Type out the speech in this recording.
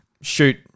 shoot